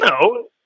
No